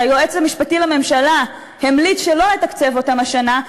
שהיועץ המשפטי לממשלה המליץ שלא לתקצב אותם השנה,